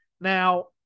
Now